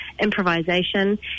improvisation